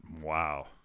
wow